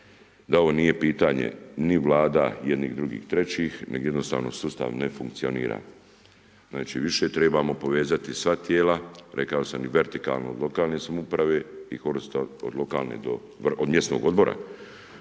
da ovo nije pitanje ni vlada jednih, drugih, trećih, nego jednostavno sustav ne funkcionira. Znači više trebamo povezati sva tijela, rekao sam i vertikalno od lokalne samouprave i horizontalno od mjesnog odbora